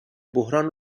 بحران